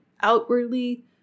outwardly